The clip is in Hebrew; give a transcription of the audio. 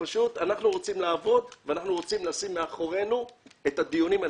אנחנו רוצים לעבוד ואנחנו רוצים לשים מאחורינו את הדיונים.